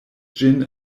ĝin